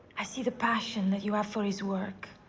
i see the passion that you have for his work.